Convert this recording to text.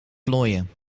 vlooien